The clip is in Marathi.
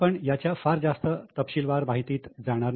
आपण याच्या फार जास्त तपशीलवार माहितीत जाणार नाही